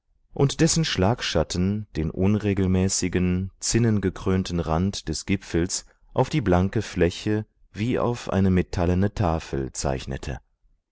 und dessen schlagschatten den unregelmäßigen zinnengekrönten rand des gipfels auf die blanke fläche wie auf eine metallene tafel zeichnete